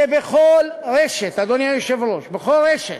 שבכל רשת, אדוני היושב-ראש, בכל רשת,